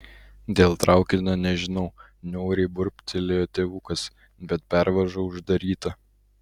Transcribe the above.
dėl traukinio nežinau niauriai burbtelėjo tėvukas bet pervaža uždaryta